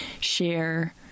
share